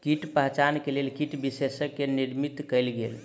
कीट पहचान के लेल कीट विशेषज्ञ के निमंत्रित कयल गेल